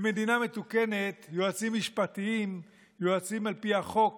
במדינה מתוקנת יועצים משפטיים יועצים על פי החוק